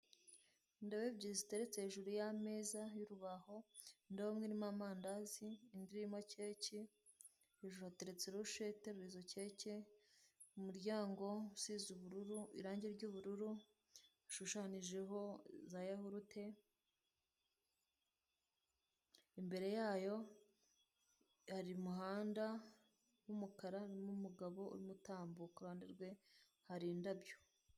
Indobo ebyiri ziteretse hejuru y'ameza y'urubaho, indobo imwe irimo amandazi indi irimo keke, hejuru hateretse irushe iterura izo keke, umuryango usize ubururu irange ry'ubururu, ushushanyijeho za yahurute, imbere yayo hari umuhanda w'umukara urimo umugabo urimo utambuka, iruhande rwe hari indabyo.